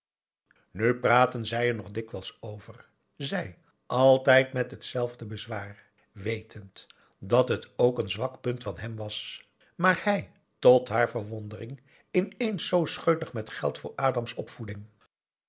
nu praatten zij er nog dikwijls over zij altijd met hetzelfde bezwaar wetend dat het ook een zwak punt van hem was maar hij tot haar verwondering ineens zoo scheutig met geld voor adam's opvoeding